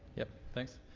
yep, thaks.